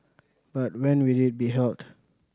but when will it be held